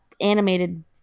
animated